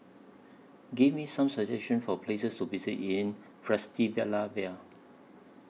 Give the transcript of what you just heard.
Give Me Some suggestions For Places to visit in Bratislava